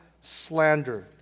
slander